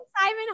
Simon